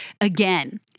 again